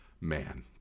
man